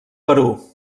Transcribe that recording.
perú